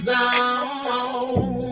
Zone